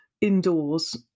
indoors